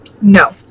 No